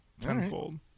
Tenfold